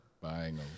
buying